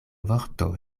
vorto